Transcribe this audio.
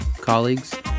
colleagues